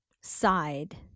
side